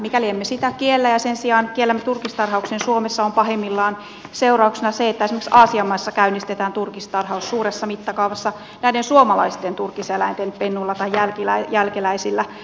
mikäli emme sitä kiellä ja sen sijaan kiellämme turkistarhauksen suomessa on pahimmillaan seurauksena se että esimerkiksi aasian maissa käynnistetään turkistarhaus suuressa mittakaavassa näiden suomalaisten turkiseläinten pennuilla tai jälkeläisillä